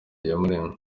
iyamuremye